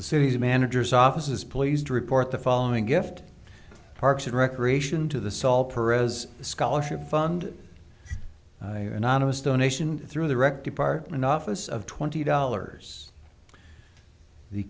the city managers office is pleased to report the following gift parks and recreation to the saule per as a scholarship fund anonymous donation through the rec department office of twenty dollars the